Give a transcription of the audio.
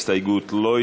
ההסתייגות לא